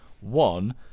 one